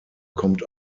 kommt